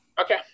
Okay